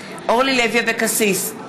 בעד אורלי לוי אבקסיס,